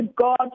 God